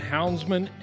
Houndsman